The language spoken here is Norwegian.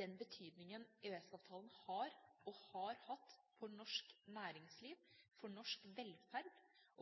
den betydningen EØS-avtalen har – og har hatt – for norsk næringsliv, for norsk velferd